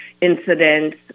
incidents